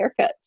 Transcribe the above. haircuts